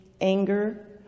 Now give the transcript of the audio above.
anger